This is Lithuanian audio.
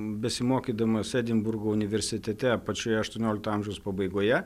besimokydamas edinburgo universitete pačioje aštuoniolikto amžiaus pabaigoje